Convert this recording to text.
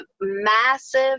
Massive